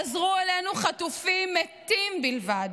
חזרו אלינו חטופים מתים בלבד.